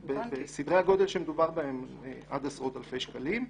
סדרי הגודל שמדובר בהם זה עד עשרות אלפי שקלים.